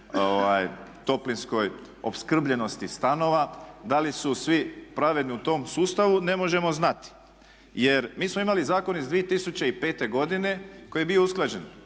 toplinskoj opskrbljenosti stanova, da li su svi pravedni u tom sustavu ne možemo znati. Jer mi smo imali Zakon iz 2005. godine koji je bio usklađen